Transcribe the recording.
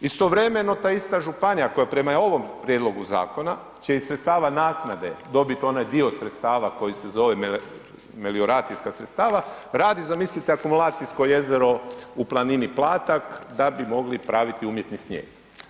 Istovremeno, ta ista županija koja prema ovom prijedlogu zakona, čijih sredstava naknade dobiti onaj dio sredstava koji se zove melioracijska sredstava radi zamislite akumulacijsko jezero u planini Platak da bi mogli praviti umjetni snijeg.